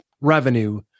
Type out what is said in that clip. revenue